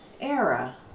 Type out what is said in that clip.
Era